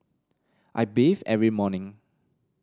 I bathe every morning